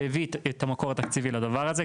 שהביא את המקור התקציבי לדבר הזה.